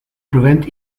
prevent